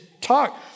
talk